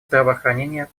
здравоохранение